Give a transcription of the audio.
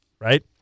right